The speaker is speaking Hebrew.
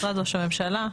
משרד ראש הממשלה.